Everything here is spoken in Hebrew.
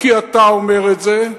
כי אתה אומר את זה,